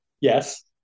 Yes